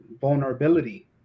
vulnerability